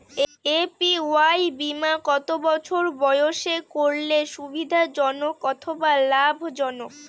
APY বীমা কত বছর বয়সে করলে সুবিধা জনক অথবা লাভজনক?